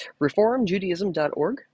reformjudaism.org